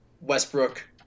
Westbrook